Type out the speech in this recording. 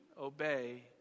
obey